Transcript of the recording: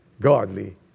godly